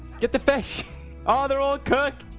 get the fish all they're all cooked